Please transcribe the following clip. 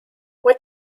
what